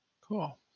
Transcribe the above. cool